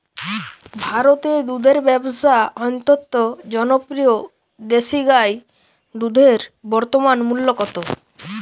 ভারতে দুধের ব্যাবসা অত্যন্ত জনপ্রিয় দেশি গাই দুধের বর্তমান মূল্য কত?